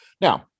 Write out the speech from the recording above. Now